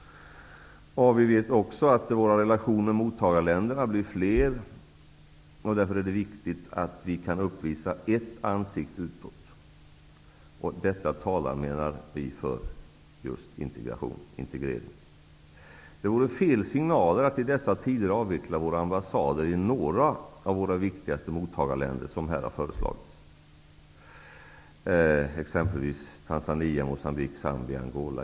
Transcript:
Vi vet också att våra relationer med mottagarländerna blir fler. Därför är det viktigt att vi kan uppvisa ett ansikte utåt. Vi menar att det talar för just integrering. Att avveckla våra ambassader i några av våra viktigaste mottagarländer, som har föreslagits här, vore att sända ut fel signaler i dessa tider. Det har föreslagits att vi skulle avveckla våra ambassader i Tanzania, Moçambique, Zambia och Angola.